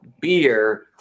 beer